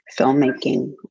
filmmaking